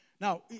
Now